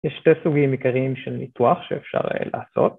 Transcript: יש שתי סוגים עיקריים של ניתוח שאפשר לעשות.